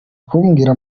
kumbwira